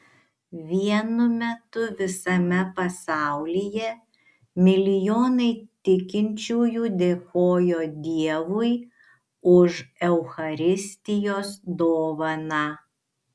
vienu metu visame pasaulyje milijonai tikinčiųjų dėkojo dievui už eucharistijos dovaną